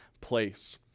place